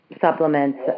supplements